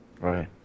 right